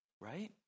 right